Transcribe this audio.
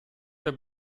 der